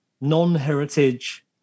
non-heritage